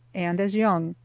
and as young,